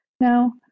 now